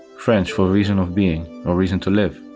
french for reason of being or reason to live,